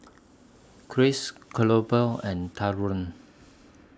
Krish Cleobal and Taurean